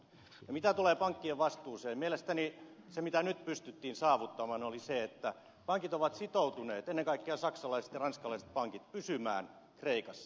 mitä tulee pankkien vastuuseen mielestäni se mitä nyt pystyttiin saavuttamaan oli se että pankit ovat sitoutuneet ennen kaikkea saksalaiset ja ranskalaiset pankit pysymään kreikassa